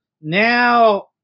Now